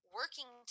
working